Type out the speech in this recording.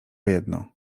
jedno